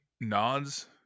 nods